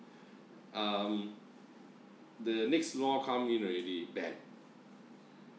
um the next law come in already ban